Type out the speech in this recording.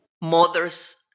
mothers